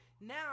Now